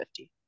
50